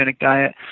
diet